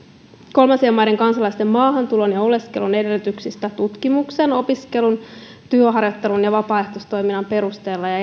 kolmansien maiden kansalaisten maahantulon ja oleskelun edellytyksistä tutkimuksen opiskelun työharjoittelun ja vapaaehtoistoiminnan perusteella ja